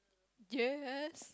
yes